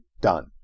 Done